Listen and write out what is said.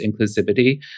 inclusivity